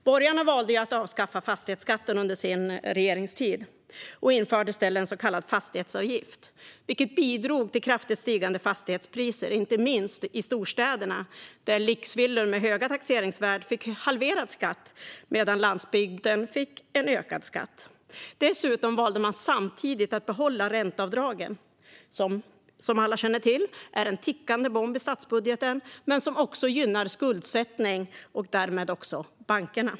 Borgarna valde att avskaffa fastighetsskatten under sin regeringstid och införde i stället en så kallad fastighetsavgift, vilket bidrog till kraftigt stigande fastighetspriser, inte minst i storstäderna, där lyxvillor med höga taxeringsvärden fick halverad skatt medan landsbygden fick ökad skatt. Dessutom valde man samtidigt att behålla ränteavdragen. Dessa är, som alla känner till, en tickande bomb i statsbudgeten, men de gynnar också skuldsättning och därmed bankerna.